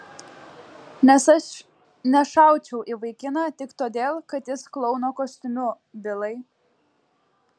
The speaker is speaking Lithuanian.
nes aš nešaučiau į vaikiną tik todėl kad jis klouno kostiumu bilai